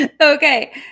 Okay